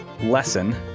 lesson